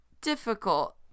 difficult